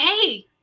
hey